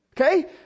Okay